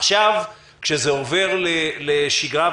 עכשיו כשזה עובר לשגרה,